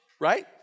Right